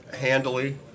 handily